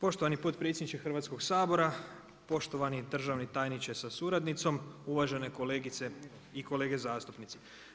Poštovani potpredsjedniče Hrvatskog sabora, poštovani državni tajniče sa suradnicom, uvažene kolegice i kolege zastupnici.